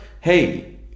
Hey